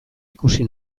ikusi